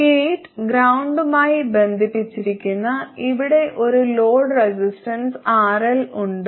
gate ഗ്രൌണ്ടുമായി ബന്ധിപ്പിച്ചിരിക്കുന്നു ഇവിടെ ഒരു ലോഡ് റെസിസ്റ്റൻസ് RL ഉണ്ട്